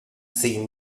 see